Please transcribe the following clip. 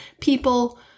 people